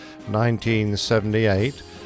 1978